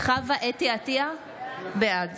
חוה אתי עטייה, בעד